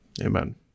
Amen